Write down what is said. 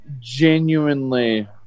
genuinely